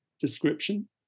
description